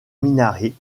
minaret